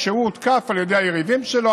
כשהוא הותקף על ידי היריבים שלו,